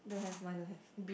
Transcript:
don't have mine don't have